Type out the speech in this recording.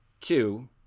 Two